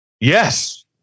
Yes